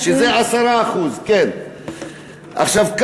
שזה 10%. עכשיו,